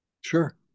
Sure